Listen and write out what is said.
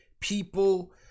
people